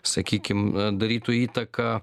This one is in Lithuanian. sakykim darytų įtaką